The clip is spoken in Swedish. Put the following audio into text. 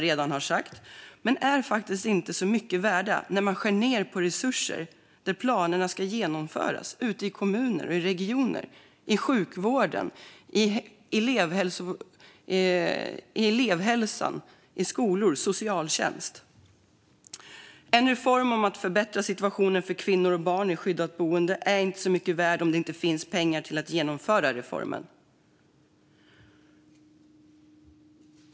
Men de är inte mycket värda när man skär ned på resurser där planerna ska genomföras, ute i kommuner och regioner - i sjukvården, i elevhälsan, i skolorna och i socialtjänsten. En reform för att förbättra situationen för kvinnor och barn i skyddat boende är inte så mycket värd om det inte finns pengar till att genomföra reformen.